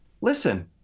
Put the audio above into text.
listen